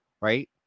right